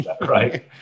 right